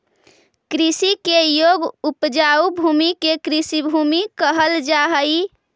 कृषि के योग्य उपजाऊ भूमि के कृषिभूमि कहल जा हई